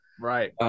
Right